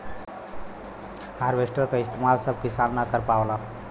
harvester क इस्तेमाल सब किसान न कर पावेलन